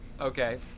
Okay